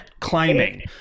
climbing